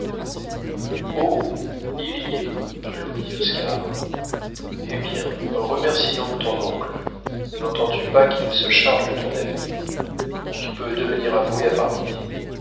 il y est répondit oscar eh bien remercie donc ton oncle nentends tu pas qu'il se charge de ton avenir tu peux devenir avoué à paris